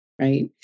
right